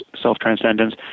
self-transcendence